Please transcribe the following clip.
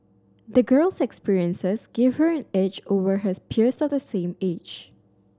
the girl's experiences gave her an edge over her peers of the same age